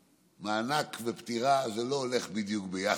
"מענק" ו"פטירה" זה לא הולך בדיוק ביחד,